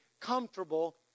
comfortable